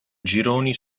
gironi